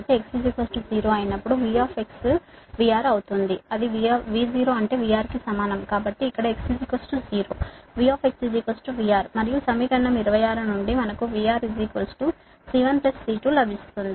కాబట్టి x 0 అయినప్పుడు V VR అవుతుంది అది V 0 అంటే VR కి సమానం కాబట్టి ఇక్కడ x 0 V VR మరియు సమీకరణం 26 నుండి మనకు VR C1 C2 లభిస్తుంది